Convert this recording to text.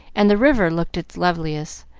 and the river looked its loveliest,